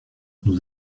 nous